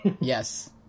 Yes